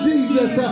Jesus